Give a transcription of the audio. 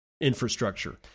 infrastructure